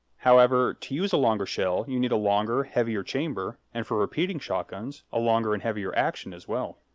however, to use a longer shell, you need a longer, heavier chamber and for repeating shotguns, a longer and heavier action as well.